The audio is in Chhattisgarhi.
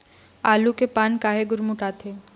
आलू के पान काहे गुरमुटाथे?